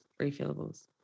refillables